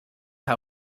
how